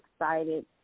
excited